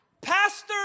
Pastor